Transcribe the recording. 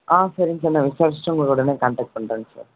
ஆ சரிங்க சார் நான் விசாரிச்சுட்டு உங்களுக்கு உடனே காண்டேக்ட் பண்ணுறேங்க சார்